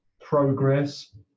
progress